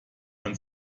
man